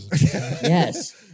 Yes